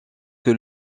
que